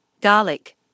garlic